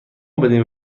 بدین